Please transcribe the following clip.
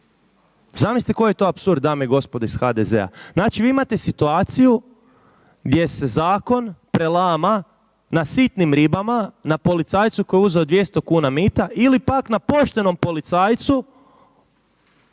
Zamislite koji je to apsurd dame i gospodo iz HDZ-a? Znači vi imate situaciju gdje se zakon prelama na sitnim ribama, na policajcu koji je uzeo 200 kuna mita ili pak na poštenom policajcu